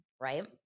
right